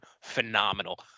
phenomenal